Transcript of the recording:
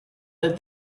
that